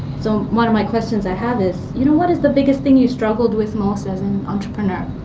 so one of my questions i have is, you know, what is the biggest thing you struggled with most as an entrepreneur?